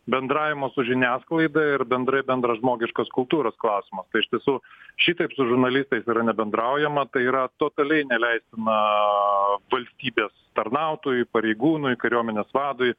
bendravimo su žiniasklaida ir bendrai bendražmogiškos kultūros klausimas tai iš tiesų šitaip su žurnalistais yra nebendraujama tai yra totaliai neleistina valstybės tarnautojui pareigūnui kariuomenės vadui